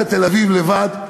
קח את תל-אביב לבד,